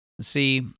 See